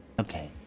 Okay